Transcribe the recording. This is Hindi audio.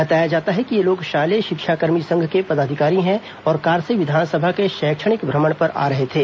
बताया जाता है कि ये लोग शालेय शिक्षाकर्मी संघ के पदाधिकारी हैं और कार से विधानसभा के शैक्षणिक भ्रमण पर आ रहे थे